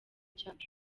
cyacu